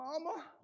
Mama